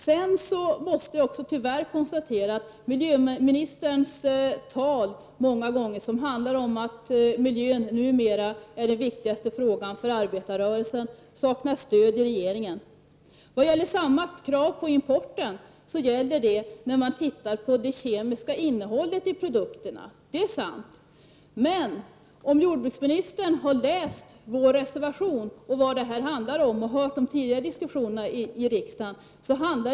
Sedan måste jag tyvärr också konstatera att miljöministerns uttalande att miljön numera är den viktigaste frågan för arbetarrörelsen saknar stöd i regeringen. När det sägs att man ställer samma krav på de importerade varorna, gäller detta om man ser till det kemiska innehållet i produkterna. Det är sant. Men om jordbruksministern hade läst vår reservation, och hört de tidigare diskussionerna i riksdagen, hade han sett vad det handlar om.